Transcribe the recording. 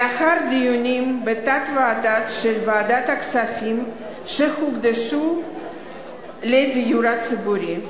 לאחר דיונים בתת-ועדה של ועדת הכספים שהוקדשו לדיור הציבורי.